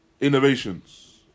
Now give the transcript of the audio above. innovations